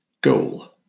goal